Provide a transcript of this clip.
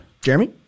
Jeremy